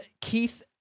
Keith